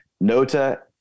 Nota